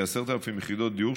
כ־10,000 יחידות דיור,